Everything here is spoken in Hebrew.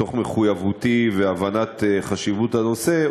מתוך מחויבותי והבנת חשיבות הנושא,